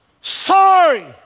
Sorry